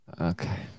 Okay